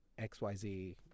XYZ